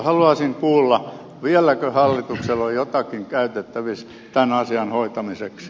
haluaisin kuulla vieläkö hallituksella on jotakin käytettävissä tämän asian hoitamiseksi